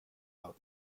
out